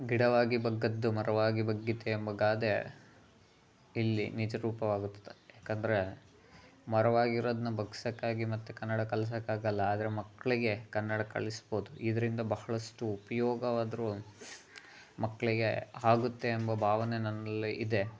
ಗಿಡವಾಗಿ ಬಗ್ಗದ್ದು ಮರವಾಗಿ ಬಗ್ಗೀತೇ ಎಂಬ ಗಾದೆ ಇಲ್ಲಿ ನಿಜರೂಪವಾಗುತ್ತಿದೆ ಏಕಂದರೆ ಮರವಾಗಿರೋದನ್ನ ಬಗ್ಸೋಕ್ಕಾಗಿ ಮತ್ತೆ ಕನ್ನಡ ಕಲ್ಸೋಕ್ಕಾಗಲ್ಲ ಆದರೆ ಮಕ್ಕಳಿಗೆ ಕನ್ನಡ ಕಲಿಸ್ಬೋದು ಇದರಿಂದ ಬಹಳಷ್ಟು ಉಪಯೋಗವಾದ್ರೂ ಮಕ್ಕಳಿಗೆ ಆಗುತ್ತೆ ಎಂಬ ಭಾವನೆ ನನ್ನಲ್ಲಿ ಇದೆ